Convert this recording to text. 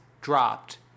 dropped